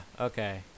okay